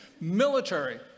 military